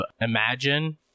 Imagine